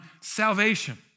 salvation